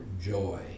joy